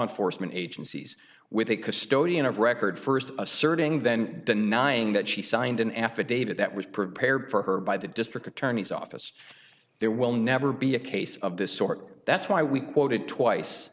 enforcement agencies with a custodian of record st asserting then denying that she signed an affidavit that was prepared for her by the district attorney's office there will never be a case of this sort that's why we quoted twice